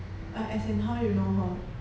uh as in how you know her